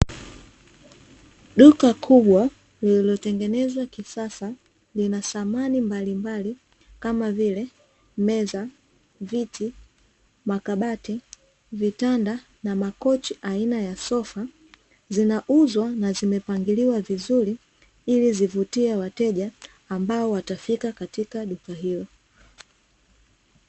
Duka kubwa lililotengenezwa kisasa lina samani mbalimbali, kama vile: meza, viti, makabati, vitanda na makochi aina ya sofa. Zinauzwa na zimepangiliwa vizuri, ili zivutie wateja ambao watafika katika duka hilo.